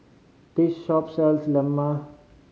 this shop sells lemang